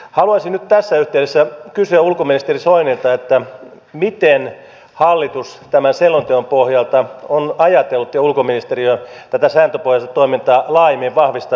haluaisin nyt tässä yhteydessä kysyä ulkoministeri soinilta miten hallitus tämän selonteon pohjalta on ajatellut ja ulkoministeriö tätä sääntöpohjaista toimintaa laajemmin vahvistaa